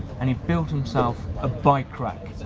and he built himself a bike rack.